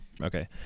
Okay